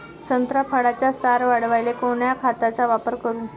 संत्रा फळाचा सार वाढवायले कोन्या खताचा वापर करू?